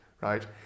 right